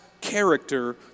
character